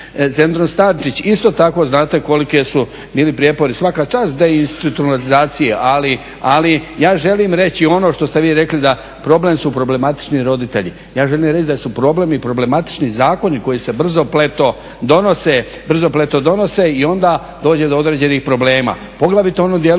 Centrom Stančić, isto tako znate koliki su bili prijepori, svaka čast institucionalizaciji. Ali ja želim reći ono što ste vi rekli da problem su problematični roditelji. Ja želim reći da su problem i problematični zakoni koji se brzopleto donose i onda dođe do određenih problema, poglavito u onom dijelu